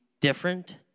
different